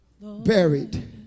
buried